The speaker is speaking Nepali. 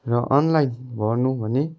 र अनलाइन भर्नु भनी